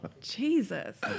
Jesus